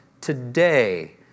today